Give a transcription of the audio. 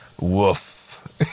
woof